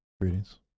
greetings